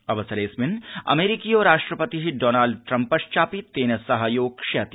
अवसरेऽस्मिन् अमेरिकियो राष्ट्रपतिः डॉनल्ड ट्रम्पश्चापि तेन सहयोक्ष्यति